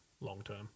long-term